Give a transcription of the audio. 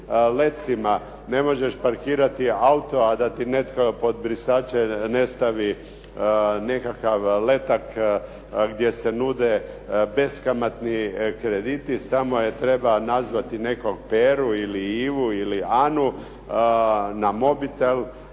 lecima, ne možeš parkirati auto, a da ti netko pod brisače ne stavi nekakav letak gdje se nude beskamatni krediti, samo treba nazvati nekog Peru ili Ivu ili Anu na mobitel